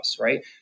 right